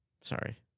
Sorry